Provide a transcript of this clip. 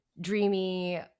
dreamy